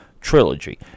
trilogy